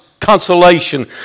consolation